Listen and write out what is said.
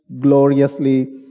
gloriously